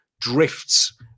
drifts